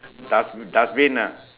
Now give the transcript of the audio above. dust~ dustbin ah